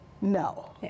no